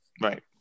Right